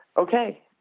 okay